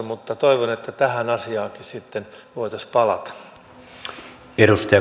mutta toivon että tähän asiaankin sitten voitaisiin palata